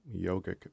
yogic